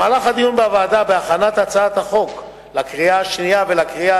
במהלך הדיון בוועדה להכנת הצעת החוק לקריאה שנייה ולקריאה